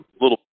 little